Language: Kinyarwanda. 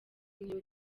umwe